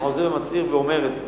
הצהרתי, ואני חוזר ומצהיר ואומר את זה,